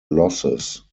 losses